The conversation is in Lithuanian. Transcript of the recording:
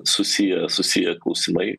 susiję susiję klausimai